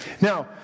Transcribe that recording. Now